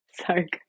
Sorry